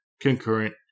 concurrent